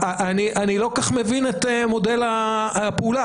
אני לא כל כך מבין את מודל הפעולה.